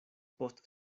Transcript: post